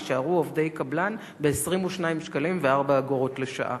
יישארו עובדי קבלן ב-22.40 שקלים לשעה.